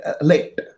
late